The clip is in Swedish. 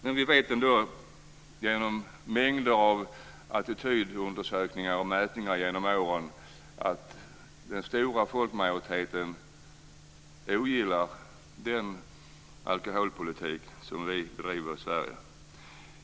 Men vi vet ändå genom mängder av attitydundersökningar och mätningar genom åren att den stora folkmajoriteten ogillar den alkoholpolitik vi bedriver i Sverige.